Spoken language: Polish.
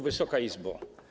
Wysoka Izbo!